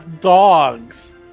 dogs